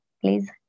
please